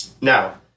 Now